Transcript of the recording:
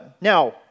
Now